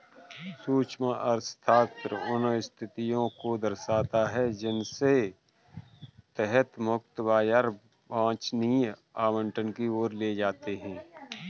सूक्ष्म अर्थशास्त्र उन स्थितियों को दर्शाता है जिनके तहत मुक्त बाजार वांछनीय आवंटन की ओर ले जाते हैं